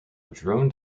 droned